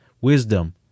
wisdom